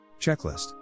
Checklist